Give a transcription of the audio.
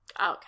okay